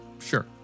Sure